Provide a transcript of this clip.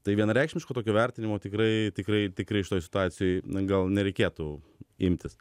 tai vienareikšmiško tokio vertinimo tikrai tikrai tikrai šitoj situacijoj na gal nereikėtų imtis